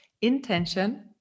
intention